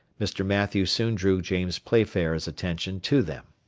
mr. mathew soon drew james playfair's attention to them.